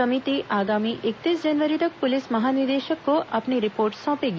समिति आगामी इकतीस जनवरी तक पुलिस महानिदेशक को अपनी रिपोर्ट सौंपेगी